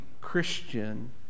Christian